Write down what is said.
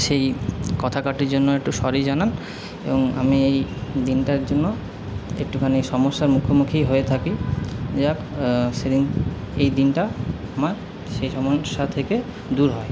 সেই কথাকাটির জন্য একটু সরি জানান এবং আমি এই দিনটার জন্য একটুখানি সমস্যার মুখোমুখি হয়ে থাকি যাক সেই দিন এই দিনটা আমার সেই সমস্যা থেকে দূর হয়